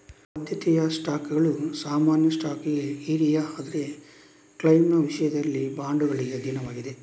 ಆದ್ಯತೆಯ ಸ್ಟಾಕ್ಗಳು ಸಾಮಾನ್ಯ ಸ್ಟಾಕ್ಗೆ ಹಿರಿಯ ಆದರೆ ಕ್ಲೈಮ್ನ ವಿಷಯದಲ್ಲಿ ಬಾಂಡುಗಳಿಗೆ ಅಧೀನವಾಗಿದೆ